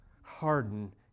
harden